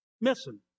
missing